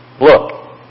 Look